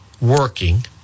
working